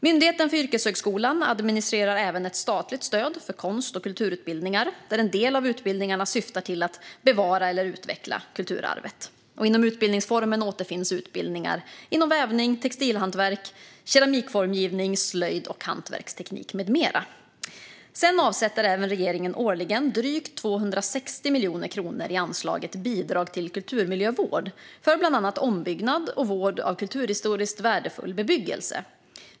Myndigheten för yrkeshögskolan administrerar även ett statligt stöd för konst och kulturutbildningar, där en del av utbildningarna syftar till att bevara eller utveckla kulturarvet. Inom utbildningsformen återfinns utbildningar inom vävning, textilhantverk, keramikformgivning, slöjd och hantverksteknik med mera. Regeringen avsätter årligen drygt 260 miljoner kronor i anslaget Bidrag till kulturmiljövård för bland annat ombyggnad och vård av kulturhistoriskt värdefull bebyggelse.